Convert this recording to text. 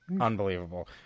Unbelievable